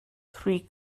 three